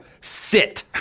Sit